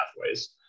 pathways